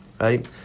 right